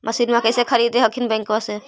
मसिनमा कैसे खरीदे हखिन बैंकबा से?